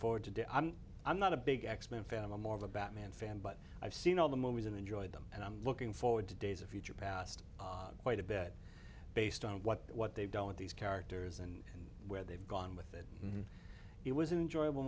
forward to do i'm not a big x men family more of a batman fan but i've seen all the movies and enjoyed them and i'm looking forward to days of future past quite a bit based on what what they've done with these characters and where they've gone with it and it was an enjoyable